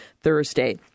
Thursday